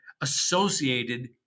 associated